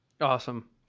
Awesome